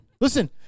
Listen